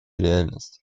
реальность